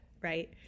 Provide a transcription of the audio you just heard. Right